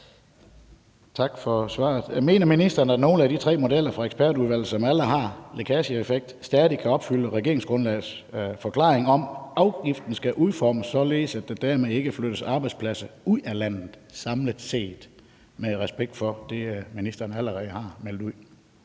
Tak for svaret. Mener ministeren, at nogen af de tre modeller fra ekspertudvalget, som alle har lækageeffekt, stadig kan opfylde regeringsgrundlagets forklaring om, at: »Afgiften skal udformes ..., således at ... der dermed ikke flyttes arbejdspladser ud af landet samlet set.« – med respekt for det, ministeren allerede har meldt ud?